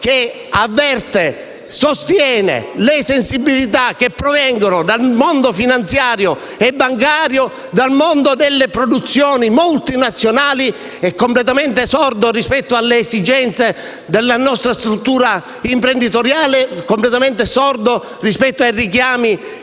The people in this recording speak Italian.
che avverte e sostiene le sensibilità che provengono dal mondo finanziario e bancario, dal mondo delle produzioni multinazionali, completamente sordo alle esigenze della nostra struttura imprenditoriale e ai richiami